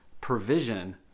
provision